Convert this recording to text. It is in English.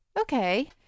Okay